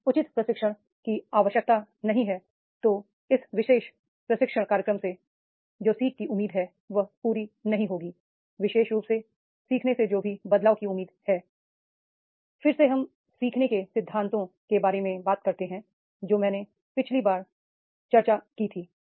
यदि उचित प्रशिक्षण की आवश्यकता नहीं है तो इस विशेष प्रशिक्षण कार्यक्रम जो सीखने की उम्मीद है वह पूरी नहीं होगी विशेष रूप से सीखने से जो भी बदलाव की उम्मीद है फिर से हम सीखने के सिद्धांतों के बारे में बात करते हैं जो मैंने पिछली बार चर्चा की है